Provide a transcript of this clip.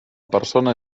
persona